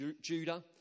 Judah